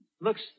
Looks